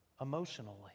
emotionally